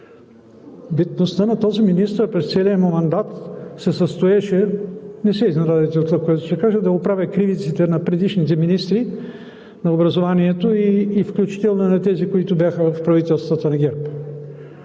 Битността на този министър през целия му мандат се състоеше – не се изненадвайте от това, което ще кажа – да оправя кривиците на предишните министри на образование, включително и на тези, които бяха в правителствата на ГЕРБ.